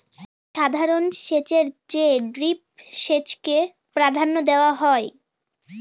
সাধারণ সেচের চেয়ে ড্রিপ সেচকে প্রাধান্য দেওয়া হয়